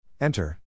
Enter